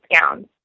gowns